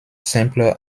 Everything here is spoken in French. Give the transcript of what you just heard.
simple